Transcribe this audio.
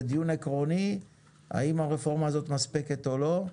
זה דיון עיקרוני אם הרפורמה הזאת מספקת או לא.